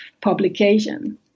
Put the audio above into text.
publication